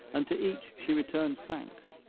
and to each she returns thanks,